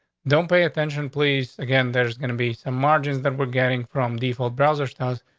dont pay attention, please. again, there's gonna be margins that we're getting from default browser styles.